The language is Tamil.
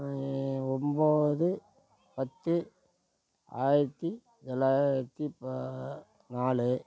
ஒம்பது பத்து ஆயிரத்தி தொள்ளாயிரத்தி ப நாலு